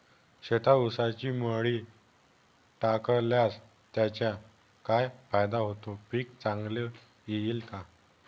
शेतात ऊसाची मळी टाकल्यास त्याचा काय फायदा होतो, पीक चांगले येईल का?